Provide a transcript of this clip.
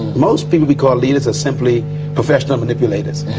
most people we call leaders are simply professional manipulators.